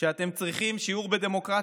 שאתם צריכים שיעור בדמוקרטיה,